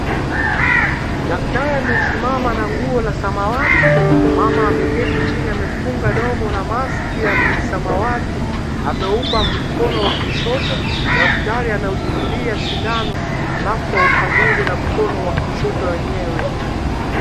Daktari amesimama na nguo la samawati, mama ameketi chini amefunga mdomo na maski ya samawati, ameupa mkono wa kushoto daktari ameshikilia sindano , alafu aupanguze na mkono wa kushoto wenyewe.